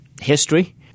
history